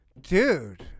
Dude